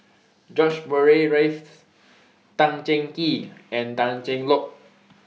George Murray Reith Tan Cheng Kee and Tan Cheng Lock